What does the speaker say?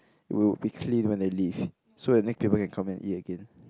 would be clean when they leave so that next people can come and eat again